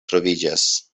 troviĝas